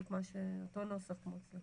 אותו הנוסח.